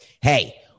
hey